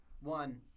one